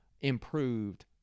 improved